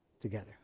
together